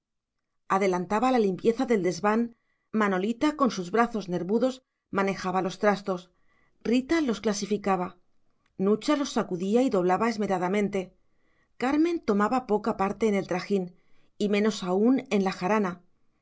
adelantaba la limpieza del desván manolita con sus brazos nervudos manejaba los trastos rita los clasificaba nucha los sacudía y doblaba esmeradamente carmen tomaba poca parte en el trajín y menos aún en la jarana